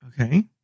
Okay